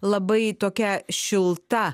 labai tokia šilta